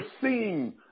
seeing